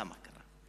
למה קרה?